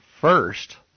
first